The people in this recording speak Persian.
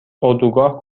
اردوگاه